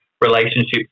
relationships